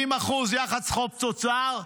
70% יחס חוב תוצר.